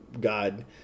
God